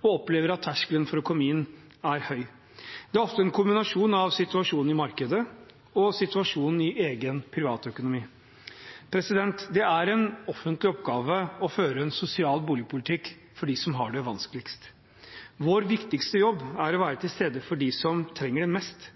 og opplever at terskelen for å komme inn er høy. Det skyldes ofte en kombinasjon av situasjonen i markedet og situasjonen i egen privatøkonomi. Det er en offentlig oppgave å føre en sosial boligpolitikk for dem som har det vanskeligst. Vår viktigste jobb er å være til stede for dem som trenger det mest.